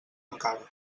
encara